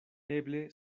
eble